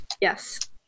Yes